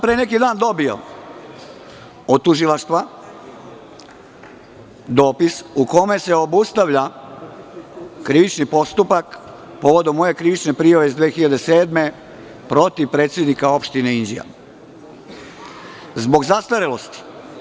Pre neki dan sam dobio od tužilaštva dopis u kome se obustavlja krivični postupak povodom moje krivične prijave iz 2007. godine protiv predsednika Opštine Inđija zbog zastarelosti.